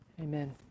Amen